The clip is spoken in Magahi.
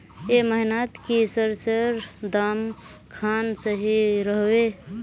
ए महीनात की सरिसर दाम खान सही रोहवे?